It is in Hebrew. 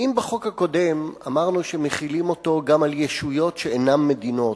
אם בחוק הקודם אמרנו שמחילים אותו גם על ישויות שאינן מדינות,